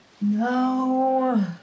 no